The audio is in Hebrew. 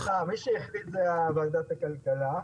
מי שהחליט זה ועדת הכלכלה.